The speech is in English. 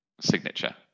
signature